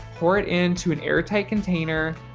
pour it into an airtight container.